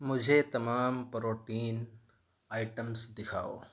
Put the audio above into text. مجھے تمام protein items دکھاؤ